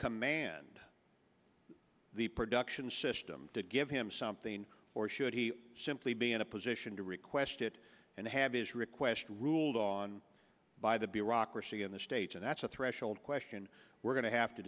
command the production system to give him something or should he simply be in a position to request it and have his request ruled on by the bureaucracy in the states and that's a threshold question we're going to have to